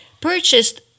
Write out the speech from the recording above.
purchased